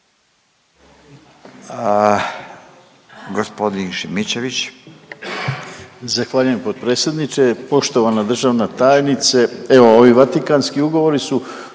Rade (HDZ)** Zahvaljujem potpredsjedniče. Poštovana državna tajnice, evo ovi Vatikanski ugovori su